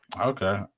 Okay